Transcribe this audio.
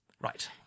Right